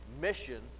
mission